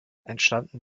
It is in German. entstanden